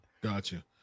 Gotcha